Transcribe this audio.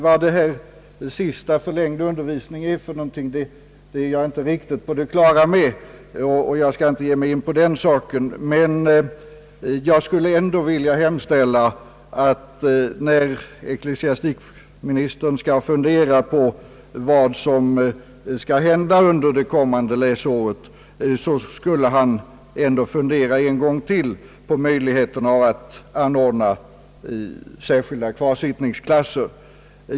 Vad »förlängd undervisning» är för någonting, är jag inte riktigt på det klara med, och jag skall inte gå in på den saken, men jag skulle ändå vilja hemställa till ecklesiastikministern att han, när han skall fundera på vad som skall hända under det kommande läsåret, skall fundera en gång till på möjligheten att anordna särskilda kvarsittningsklasser.